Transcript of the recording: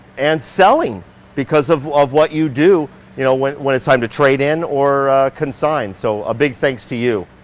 and selling because of of what you do you know, when when it's time to trade in or consigned. so a big thanks to you.